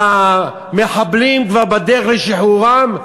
והמחבלים כבר בדרך לשחרורם,